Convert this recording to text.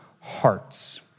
hearts